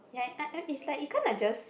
ya I I it's like you kinda just